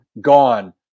gone